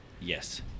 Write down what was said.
Yes